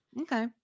okay